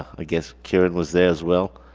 i guess kieran was there as well.